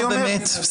לפני